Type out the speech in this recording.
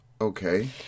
Okay